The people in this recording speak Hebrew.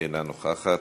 אינה נוכחת,